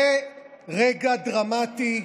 זה רגע דרמטי,